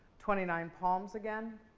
twentynine palms again.